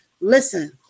listen